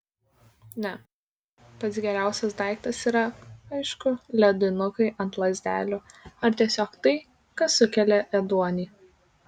ne pats geriausias daiktas yra aišku ledinukai ant lazdelių ar tiesiog tai kas sukelia ėduonį